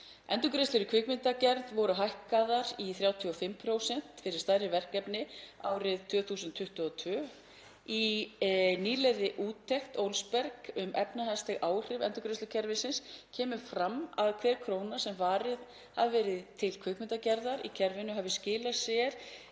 Endurgreiðslur í kvikmyndagerð voru hækkaðar í 35% fyrir stærri verkefni árið 2022. Í nýlegri úttekt Olsberg um efnahagsleg áhrif endurgreiðslukerfisins kemur fram að hver króna sem varið hefur verið til kvikmyndagerðar í kerfinu hafi skilað sér